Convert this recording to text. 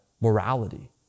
morality